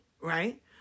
right